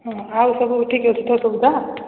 ହଁ ଆଉ ସବୁ ଠିକ୍ ଅଛି ତ ସୁବିଧା